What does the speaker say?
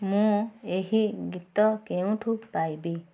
ମୁଁ ଏହି ଗୀତ କେଉଁଠୁ ପାଇବି